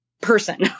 person